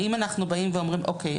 האם אנחנו באים ואומרים אוקיי,